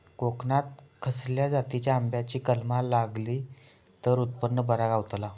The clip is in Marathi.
कोकणात खसल्या जातीच्या आंब्याची कलमा लायली तर उत्पन बरा गावताला?